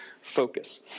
focus